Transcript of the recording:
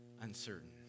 uncertain